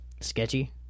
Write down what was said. Sketchy